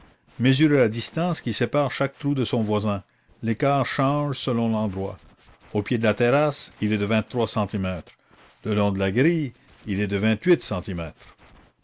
mesurez la distance qui sépare chaque trou de son voisin l'écart change selon l'endroit au pied de la terrasse il est de trois centimètres le long de la grille fl est de centimètres